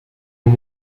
and